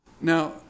Now